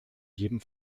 jedem